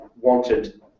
wanted